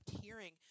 hearing